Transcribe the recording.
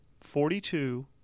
forty-two